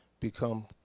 become